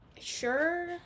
Sure